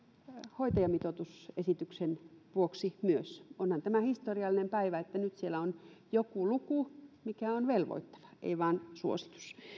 hoitajamitoitusesityksen vuoksi myös onhan tämä historiallinen päivä että nyt siellä on joku luku mikä on velvoittava ei vain suositus